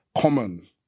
Common